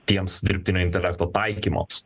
tiems dirbtinio intelekto taikymams